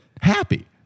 happy